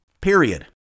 Period